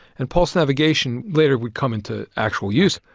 and pulse navigation later would come into actual use.